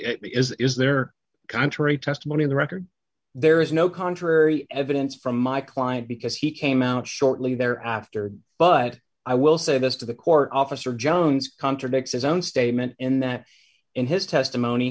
advancement it is their contrary testimony in the record there is no contrary evidence from my client because he came out shortly there after but i will say this to the court officer jones contradicts his own statement in that in his testimony